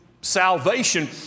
salvation